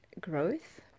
growth